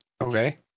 Okay